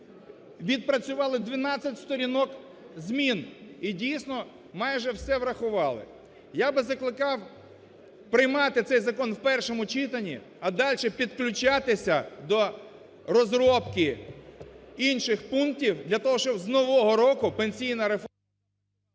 відпрацювали 12 сторінок змін. І дійсно, майже все врахували. Я би закликав приймати цей закон в першому читанні, а дальше підключатись до розробки інших пунктів для того, щоб з нового року пенсійна реформа…